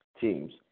teams